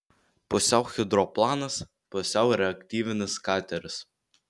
pusiau hidroplanas pusiau reaktyvinis kateris